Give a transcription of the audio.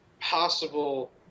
possible